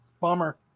Bummer